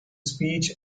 speech